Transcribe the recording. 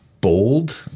bold